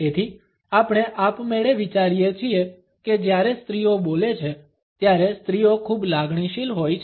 તેથી આપણે આપમેળે વિચારીએ છીએ કે જ્યારે સ્ત્રીઓ બોલે છે ત્યારે સ્ત્રીઓ ખૂબ લાગણીશીલ હોય છે